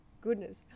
goodness